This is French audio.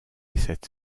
cette